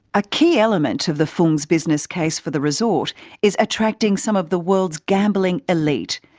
a key element of the fung's business case for the resort is attracting some of the world's gambling elite.